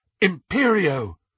Imperio